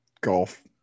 Golf